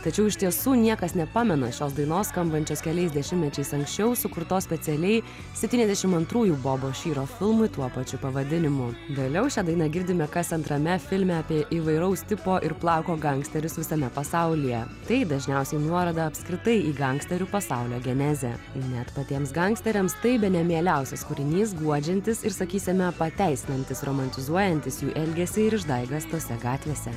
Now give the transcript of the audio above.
tačiau iš tiesų niekas nepamena šios dainos skambančios keliais dešimtmečiais anksčiau sukurtos specialiai septyniasdešim antrųjų bobo šyro filmui tuo pačiu pavadinimu vėliau šią dainą girdime kas antrame filme apie įvairaus tipo ir plauko gangsterius visame pasaulyje tai dažniausiai nuoroda apskritai į gangsterių pasaulio genezę net patiems gangsteriams tai bene mieliausias kūrinys guodžiantis ir sakysime pateisinantis romantizuojantis jų elgesį ir išdaigas tose gatvėse